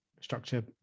structure